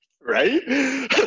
Right